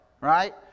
right